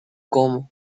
cómo